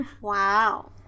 Wow